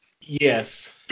Yes